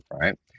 right